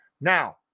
Now